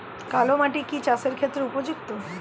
কালো মাটি কি চাষের ক্ষেত্রে উপযুক্ত?